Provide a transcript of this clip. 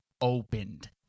opened